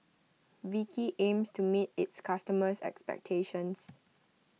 Vichy aims to meet its customers' expectations